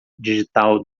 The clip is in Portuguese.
digital